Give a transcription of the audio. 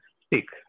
speak